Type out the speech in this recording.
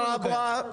תודה רבה.